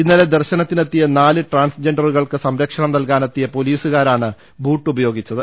ഇന്നലെ ദർശനത്തിനെത്തിയ നാല് ട്രാൻസ്ജെൻഡറുകൾക്ക് സംരക്ഷണം നൽകാനെത്തിയ പൊലീ സുകാരാണ് ബൂട്ട് ഉപയോഗിച്ചത്